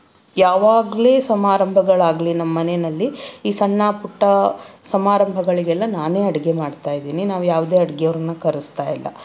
ಯಾವಾಗಲೇ ಸಮಾರಂಭಗಳಾಗಲಿ ನಮ್ಮ ಮನೆಯಲ್ಲಿ ಈ ಸಣ್ಣ ಪುಟ್ಟ ಸಮಾರಂಭಗಳಿಗೆಲ್ಲ ನಾನೇ ಅಡುಗೆ ಮಾಡ್ತಾ ಇದ್ದೀನಿ ನಾವು ಯಾವುದೇ ಅಡುಗೆಯವ್ರ್ನ ಕರಸ್ತಾಯಿಲ್ಲ